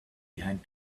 behind